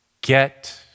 get